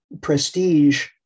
prestige